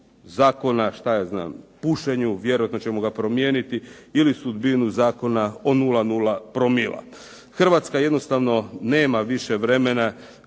Zakona, šta ja znam, o pušenju, vjerojatno ćemo ga promijeniti ili sudbinu Zakona o 0,0 promila. Hrvatska jednostavno nema više vremena